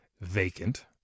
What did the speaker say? vacant